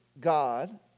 God